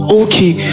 okay